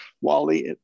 Wally